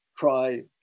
Try